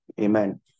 Amen